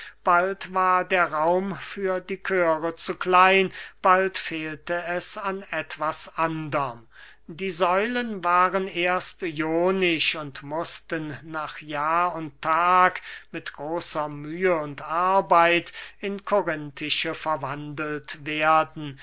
bald war der raum für die chöre zu klein bald fehlte es an etwas anderm die säulen waren erst ionisch und mußten nach jahr und tag mit großer mühe und arbeit in korinthische verwandelt werden